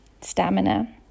stamina